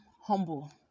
humble